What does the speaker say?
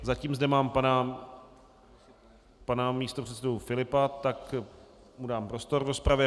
Zatím zde mám pana místopředsedu Filipa, tak mu dám prostor v rozpravě.